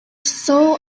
sole